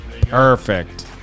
Perfect